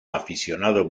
aficionado